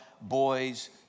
boys